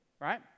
Right